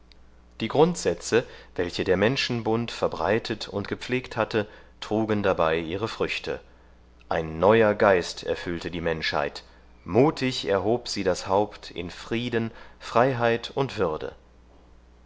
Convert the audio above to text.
die grundsätze welche der menschenbund verbreitet und gepflegt hatte trugen dabei ihre früchte ein neuer geist erfüllte die menschheit mutig erhob sie das haupt in frieden freiheit und würde